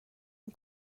این